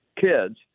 kids